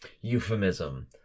euphemism